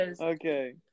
Okay